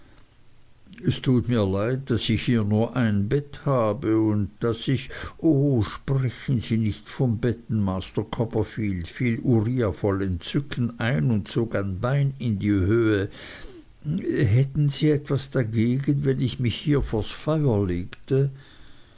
es tut mir leid daß ich hier nur ein bett habe und daß ich o sprechen sie nicht von betten master copperfield fiel uriah voll entzücken ein und zog ein bein in die höhe hätten sie etwas dagegen wenn ich mich hier vors feuer legte